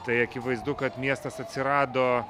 tai akivaizdu kad miestas atsirado